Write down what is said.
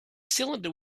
cylinder